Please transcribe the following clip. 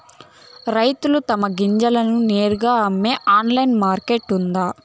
రైతులు తమ గింజలను నేరుగా అమ్మే ఆన్లైన్ మార్కెట్ ఉందా?